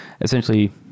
essentially